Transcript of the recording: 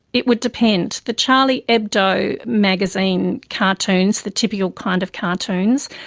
it would depend. the charlie hebdo magazine cartoons, the typical kind of cartoons,